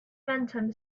phantom